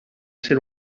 ser